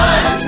One